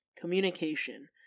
communication